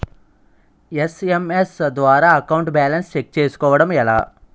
SMS ద్వారా account balance check చేసుకోవటం ఎలా?